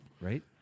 right